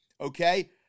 Okay